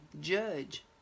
judge